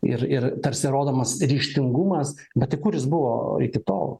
ir ir tarsi rodomas ryžtingumas bet tai kuris jis buvo iki tol